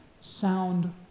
sound